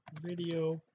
video